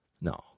No